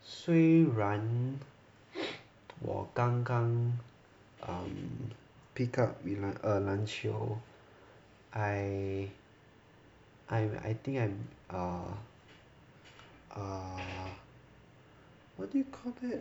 虽然 我刚刚 um pick up 与 err 篮球 I I I think I'm a err ah what do you call that